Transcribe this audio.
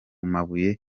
mabuye